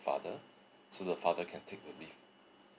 father so the father can take the leave